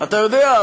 אתה יודע,